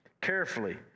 carefully